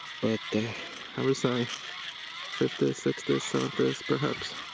but i would say fifty s, sixty s, seventy s perhaps.